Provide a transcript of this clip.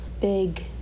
big